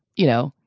you know,